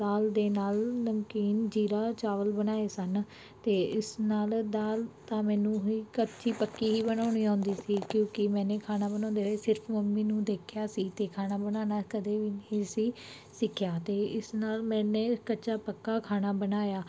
ਦਾਲ ਦੇ ਨਾਲ ਨਮਕੀਨ ਜੀਰਾ ਚਾਵਲ ਬਣਾਏ ਸਨ ਅਤੇ ਇਸ ਨਾਲ ਦਾਲ ਤਾਂ ਮੈਨੂੰ ਹੀ ਕੱਚੀ ਪੱਕੀ ਹੀ ਬਣਾਉਣੀ ਆਉਂਦੀ ਸੀ ਕਿਉਂਕਿ ਮੈਨੇ ਖਾਣਾ ਬਣਾਉਂਦੇ ਹੋਏ ਸਿਰਫ ਮੰਮੀ ਨੂੰ ਦੇਖਿਆ ਸੀ ਅਤੇ ਖਾਣਾ ਬਣਾਉਣਾ ਕਦੇ ਵੀ ਨਹੀਂ ਸੀ ਸਿੱਖਿਆ ਅਤੇ ਇਸ ਨਾਲ ਮੈਨੇ ਕੱਚਾ ਪੱਕਾ ਖਾਣਾ ਬਣਾਇਆ